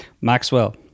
Maxwell